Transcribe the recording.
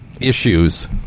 issues